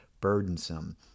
burdensome